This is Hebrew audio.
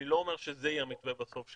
אני לא אומר שזה יהיה המתווה בסוף,